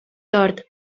tort